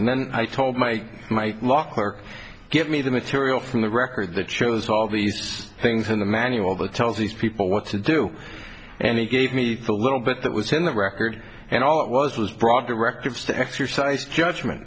and then i told my my law clerk give me the material from the record that shows all these things in the manual that tells these people what to do and he gave me the little bit that was in the record and all it was was brought directives to exercise judgment